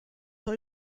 are